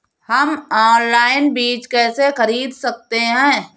हम ऑनलाइन बीज कैसे खरीद सकते हैं?